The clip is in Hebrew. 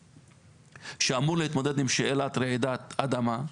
שאמור להתמודד עם שאלת רעידת אדמה,